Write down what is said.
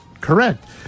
correct